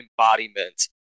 embodiment